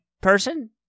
person